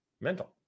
mental